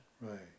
Right